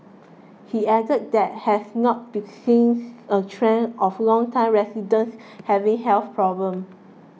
he added that has not be since a trend of longtime residents having health problems